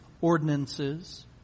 ordinances